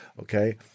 Okay